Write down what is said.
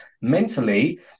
mentally